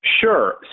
Sure